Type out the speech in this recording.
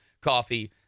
coffee